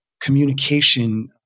communication